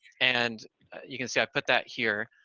and you can see, i've put that here,